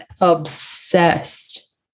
obsessed